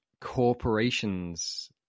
corporations